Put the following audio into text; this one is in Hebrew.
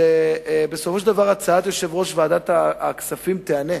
שבסופו של דבר הצעת יושב-ראש ועדת הכספים תיענה,